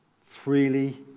Freely